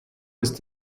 ist